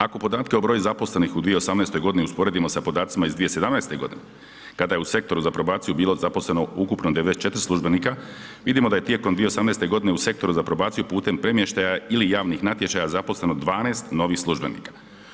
Ako podatke o broju zaposlenih u 2018. usporedimo sa podacima iz 2017. g. kada je u Sektoru za probaciju bilo zaposleno ukupno 94 službenika, vidimo da je tijekom 2018. g. u Sektoru za probaciju putem premještaja ili javnih natječaja zaposleno 12 novih službenika.